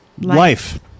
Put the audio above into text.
life